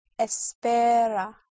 espera